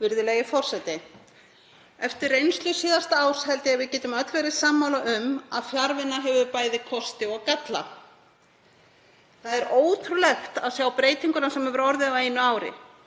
Virðulegi forseti. Eftir reynslu síðasta árs held ég að við getum öll verið sammála um að fjarvinna hefur bæði kosti og galla. Það er ótrúlegt að sjá breytinguna sem hefur orðið á einu ári.